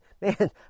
man